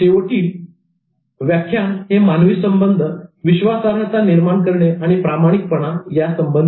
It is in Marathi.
शेवटचे व्याख्यान हे मानवी संबंध विश्वासार्हता निर्माण करणे आणि प्रामाणिकपणा या संबंधित आहे